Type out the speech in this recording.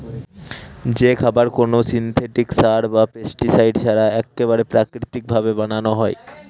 যে খাবার কোনো সিনথেটিক সার বা পেস্টিসাইড ছাড়া এক্কেবারে প্রাকৃতিক ভাবে বানানো হয়